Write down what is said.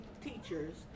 teachers